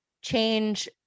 change